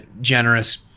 generous